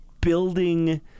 building